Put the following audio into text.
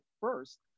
first